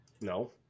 No